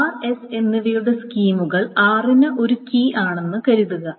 r s എന്നിവയുടെ സ്കീമുകൾ r നു ഒരു കീ ആണെന്ന് കരുതുക